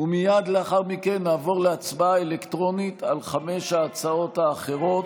ומייד לאחר מכן נעבור להצבעה אלקטרונית על חמש ההצעות האחרות.